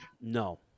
No